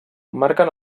marquen